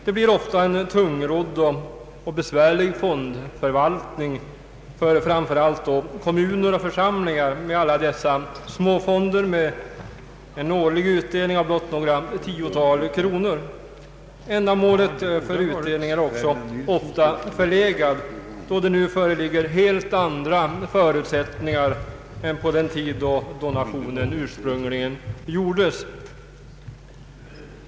Det blir ofta en tungrodd och besvärlig fondförvaltning för framför allt kommuner och församlingar när det gäller alla dessa småfonder med en årlig utdelning av blott några tiotal kronor. Ändamålet för utdelning är ofta förlegat då det nu föreligger helt andra förutsättningar än på den tid då donationen ursprungligen gjordes.